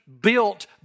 built